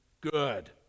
good